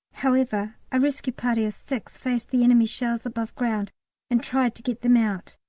however, a rescue party of six faced the enemy shells above ground and tried to get them out.